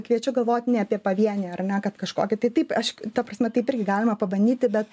kviečiu galvot ne apie pavienį ar ne kad kažkokį tai taip aš ta prasme taip irgi galima pabandyti bet